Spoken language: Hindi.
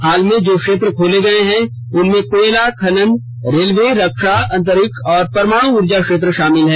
हाल में जो क्षेत्र खोले गये हैं उनमें कोयला खनन रेलवे रक्षा अंतरिक्ष और परमाणु ऊर्जा क्षेत्र शामिल हैं